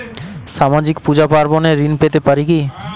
সামাজিক পূজা পার্বণে ঋণ পেতে পারে কি?